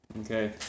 Okay